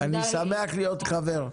אני שמח להיות חבר.